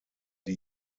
die